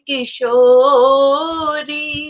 Kishori